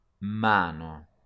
Mano